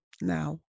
Now